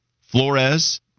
Flores